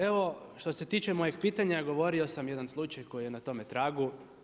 Evo što se tiče mojih pitanja govorio sam jedan slučaj koji je na tome tragu.